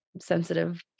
sensitive